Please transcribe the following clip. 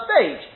stage